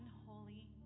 unholy